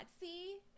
see